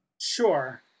sure